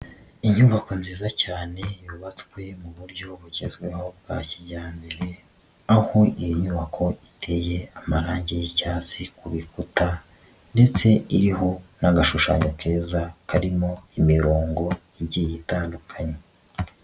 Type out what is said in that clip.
Inyubako nziza cyane yubatswe mu buryo bugezweho bwa kijyambere, aho iyi nyubako iteye amarangi y'icyatsi ku bikuta ndetse iriho n'agashushanyo keza karimo imirongo igiye itandukanye.